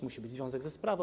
Musi być związek ze sprawą.